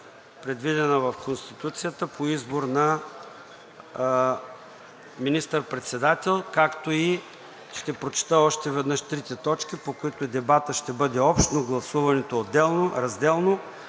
предвидена в Конституцията, по избор на министър-председател. Ще прочета още веднъж трите точки, по които дебатът ще бъде общ, но гласуването разделно: